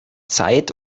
zeit